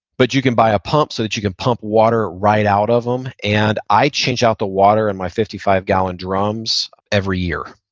but you can buy a pump, so that you can pump water right out of them. and i change out the water in my fifty five gallon drums every year.